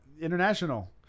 international